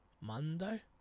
Monday